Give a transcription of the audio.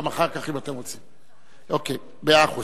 כ"ד באדר